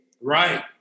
Right